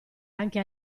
anche